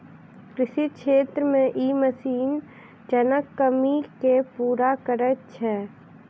कृषि क्षेत्र मे ई मशीन जनक कमी के पूरा करैत छै